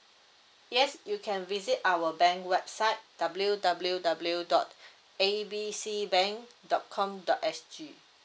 yes you can visit our bank website W W W dot A B C bank dot com dot S G